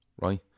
right